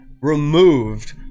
removed